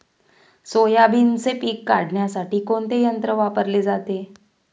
सोयाबीनचे पीक काढण्यासाठी कोणते यंत्र वापरले जाते?